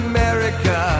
America